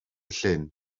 llyn